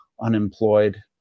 unemployed